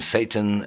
Satan